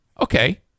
okay